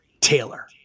Taylor